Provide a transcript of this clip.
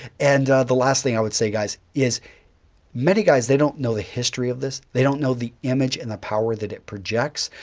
and the last thing i would say guys is many guys, they don't know the history of this. they don't know the image and the power that it projects,